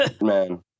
Man